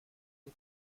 une